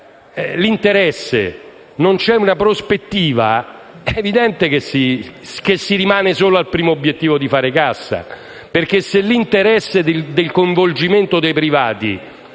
l'interesse, non c'è una prospettiva, è evidente che si rimane solo al primo obiettivo: quello di fare cassa. Se l'interesse del coinvolgimento dei privati